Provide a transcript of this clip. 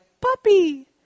puppy